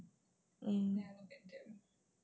mm